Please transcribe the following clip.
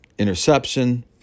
interception